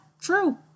true